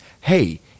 Hey